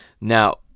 now